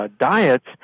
diets